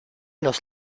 los